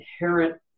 inherent